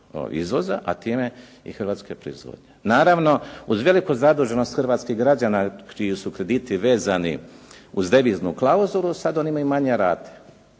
izvoza, a time i hrvatske proizvodnje. Naravno, uz veliku zaduženost hrvatskih građana čiji su krediti vezani uz deviznu klauzulu sad oni imaju manje rate.